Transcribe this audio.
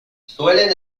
suelen